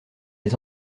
les